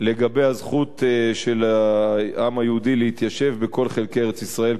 לגבי הזכות של העם היהודי להתיישב בכל חלקי ארץ-ישראל,